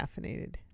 caffeinated